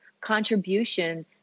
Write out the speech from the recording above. contribution